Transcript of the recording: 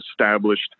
established